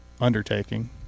undertaking